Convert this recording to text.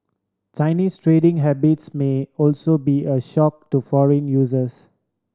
Chinese trading habits may also be a shock to foreign users